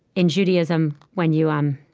in judaism, when you um